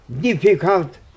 difficult